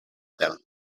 them